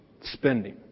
spending